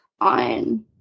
on